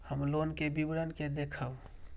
हम लोन के विवरण के देखब?